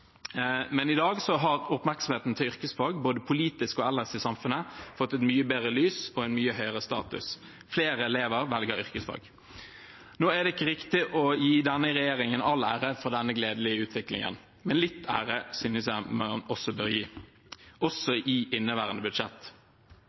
men i dag er det mer oppmerksomhet rundt yrkesfag både politisk og ellers i samfunnet, det har blitt satt i et mye bedre lys og fått en mye høyere status. Flere elever velger yrkesfag. Nå er det ikke riktig å gi denne regjeringen all ære for denne gledelige utviklingen, men litt ære synes jeg man bør gi, også